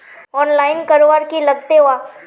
Online करवार की लगते वा?